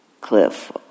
cliff